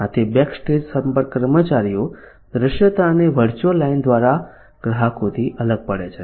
આથી બેકસ્ટેજ સંપર્ક કર્મચારીઓ દૃશ્યતાની વર્ચ્યુઅલ લાઇન દ્વારા ગ્રાહકોથી અલગ પડે છે